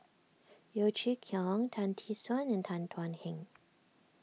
Yeo Chee Kiong Tan Tee Suan and Tan Thuan Heng